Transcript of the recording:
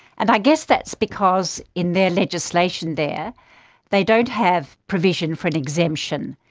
and i guess that's because in their legislation there they don't have provision for an exemption.